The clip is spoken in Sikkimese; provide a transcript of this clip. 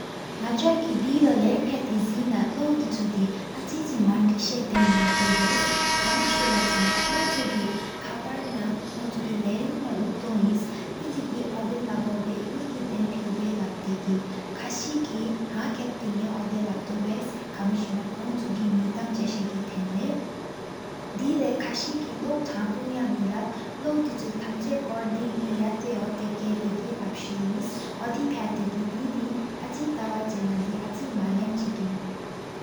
ནག་ཆ་གི་ལེ་ལོ་ལྷམ་ཕྱག་ཏེ་གི་ཟེར་ན་དི། ལ་བུ་དི་དེ་འཇི་ཉིང་མན་བཞིན་ས་སྟེང་། ཡེ་ཏོའུ་བེ་ཀ་མི་སྒོར་ཆེ་སྐྱིན་འདི་ཀོང་ཆུ་གི་། ཁ་དྲིས་ན་ལ་རུར་གཞི་ནང་ལས་མི་དེ་གི་གོ་དེ། ཕ་བོ་བེ་མི་དེ་གི་གོ་དེ་ལིབ་ཏོའུ་བ་ཏོའུ་གི་ཡ་གར། ཁས་གི་ཧ་ཀབ་ཏེ་ཡ་ཨོ་དེ་ལེ་ན་ལེབ་ཏོའུ་བེ། ཁ་མི་སེ་ནུ་ལོན་ཆུ་གི་མེ་སྟམ། ཆེ་ས་གི་ལེ་ན་དུས་ལས་ཁ་ཟི་གི་། ལ་བུ་ཐ་ཕོ་ཡ་ལ་བུ་མི་ཕེའུ་དགུ་གཏོར་གི་དེ། ཡ་འདྲ་ཧོ་ཀྱད་གི་ལཇ་དེ་ལས་སྐྱེ་དེ་། གོ་དེ་སྤྱེ་གི་དེ་ཐ་འཐུ་གཙན་ན་འཆི་གུ། མ་ལམ་གཅིག་ཉིན་རན།